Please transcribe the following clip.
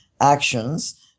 actions